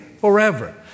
forever